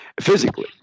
physically